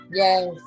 yes